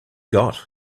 got